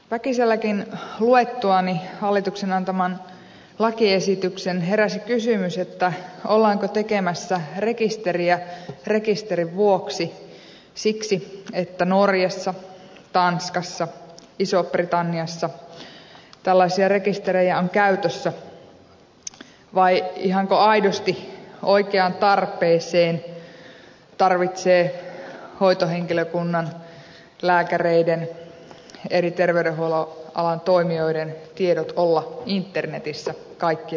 väkiselläkin luettuani hallituksen antaman lakiesityksen heräsi kysymys ollaanko tekemässä rekisteriä rekisterin vuoksi siksi että norjassa tanskassa isossa britanniassa tällaisia rekistereitä on käytössä vai ihanko aidosti oikeaan tarpeeseen tarvitsee olla hoitohenkilökunnan lääkäreiden eri terveydenhuollon alan toimijoiden tiedot internetissä kaikkien luettavissa